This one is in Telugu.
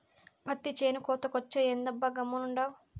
పత్తి చేను కోతకొచ్చే, ఏందబ్బా గమ్మునుండావు